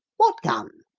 what gun?